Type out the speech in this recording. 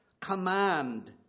command